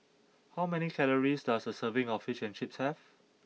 how many calories does a serving of Fish and Chips have